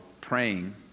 praying